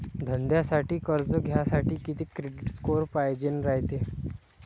धंद्यासाठी कर्ज घ्यासाठी कितीक क्रेडिट स्कोर पायजेन रायते?